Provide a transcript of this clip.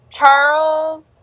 Charles